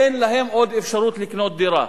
אין להם עוד אפשרות לקנות דירה,